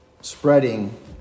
spreading